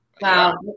Wow